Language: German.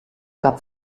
gab